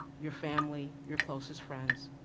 your family, your closest friends.